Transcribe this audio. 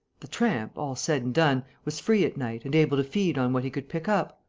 the tramp, all said and done, was free at night and able to feed on what he could pick up.